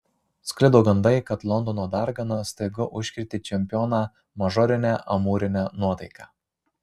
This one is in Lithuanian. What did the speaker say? sklido gandai kad londono dargana staiga užkrėtė čempioną mažorine amūrine nuotaika